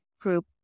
group